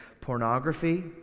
pornography